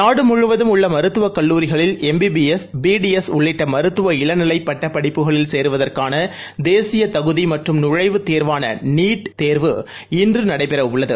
நாடுமுழுவதும் உள்ள மருத்துவக் கல்லூரிகளில் எம்பிபிஎஸ் பிடிஎஸ் உள்ளிட்ட மருத்துவ இளநிலை பட்டப் படிப்புகளில் கேருவதற்கான தேசிய தகுதி மற்றும் நழைவுத் தேர்வாள நீட் தேர்வு இன்று நடைபெறவுள்ளது